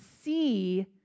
see